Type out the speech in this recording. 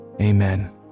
Amen